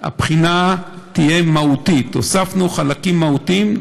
היא תהיה מהותית, הוספנו חלקים מהותיים.